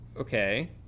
Okay